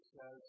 says